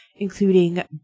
including